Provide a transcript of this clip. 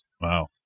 Wow